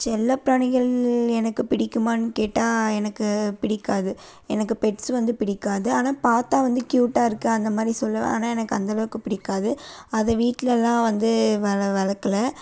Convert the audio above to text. செல்லப் பிராணிகள் எனக்கு பிடிக்குமான்னு கேட்டால் எனக்கு பிடிக்காது எனக்கு பெட்ஸ் வந்து பிடிக்காது ஆனால் பார்த்தா வந்து கியூட்டாக இருக்குது அந்தமாதிரி சொல்லுவேன் ஆனால் எனக்கு அந்தளவுக்கு பிடிக்காது அது வீட்டில் எல்லாம் வந்து வள வளர்க்கல